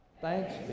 Thanks